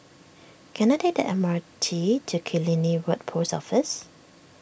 can I take the M R T to Killiney Road Post Office